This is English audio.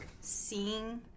seeing